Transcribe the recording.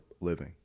living